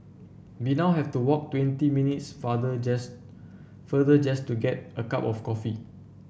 we now have to walk twenty minutes farther just further just to get a cup of coffee